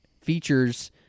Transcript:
features